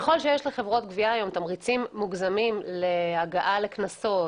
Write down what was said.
ככל שיש לחברות גבייה תמריצים מוגזמים להגעה לקנסות,